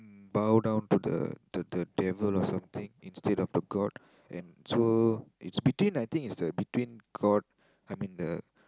bow down to the the devil or something instead of the god and so it's between I think it's between god and then the